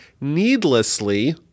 needlessly